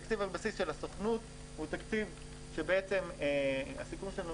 תקציב הבסיס של הסוכנות הסיכום שלנו